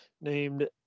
named